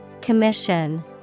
Commission